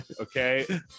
Okay